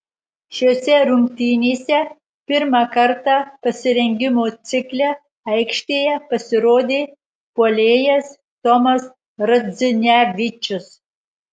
šiose rungtynėse pirmą kartą pasirengimo cikle aikštėje pasirodė puolėjas tomas radzinevičius